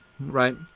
Right